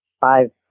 five